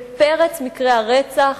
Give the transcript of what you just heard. פרץ מקרי הרצח